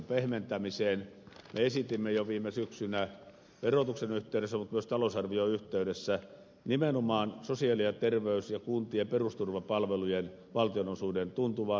me esitimme jo viime syksynä verotuksen yhteydessä mutta myös talousarvion yhteydessä nimenomaan sosiaali ja terveys ja kuntien perusturvapalvelujen valtionosuuden tuntuvaa nostoa